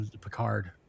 Picard